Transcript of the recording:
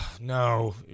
no